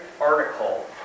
article